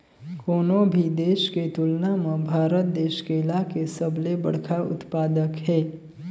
कोनो भी देश के तुलना म भारत देश केला के सबले बड़खा उत्पादक हे